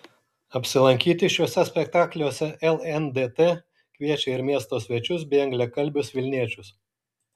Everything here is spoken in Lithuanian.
apsilankyti šiuose spektakliuose lndt kviečia ir miesto svečius bei anglakalbius vilniečius